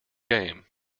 game